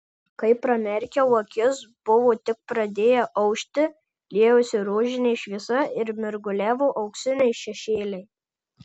kai pramerkiau akis buvo tik pradėję aušti liejosi rožinė šviesa ir mirguliavo auksiniai šešėliai